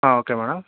okay madam